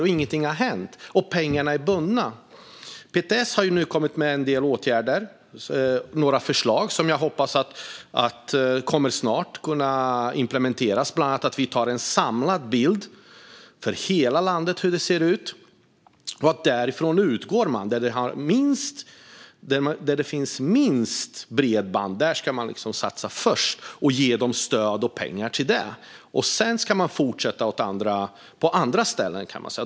Men ingenting har hänt, och pengarna är bundna. PTS har nu kommit med en del åtgärder och några förslag som jag hoppas snart kommer att kunna implementeras, bland annat att vi skaffar oss en samlad bild för hela landet av hur det ser ut. Därifrån utgår man - där det finns minst bredband ska man satsa först och ge stöd och pengar till detta. Sedan ska man fortsätta på andra ställen.